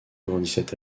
grandissait